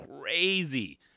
crazy